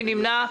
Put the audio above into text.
מי נמנע?